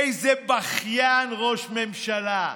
איזה בכיין ראש ממשלה.